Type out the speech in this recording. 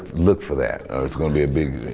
look for that. it's going to be a big.